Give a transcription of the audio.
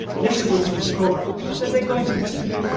jesse will soon discover that they're going to distribute.